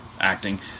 acting